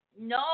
No